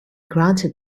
granted